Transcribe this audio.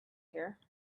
here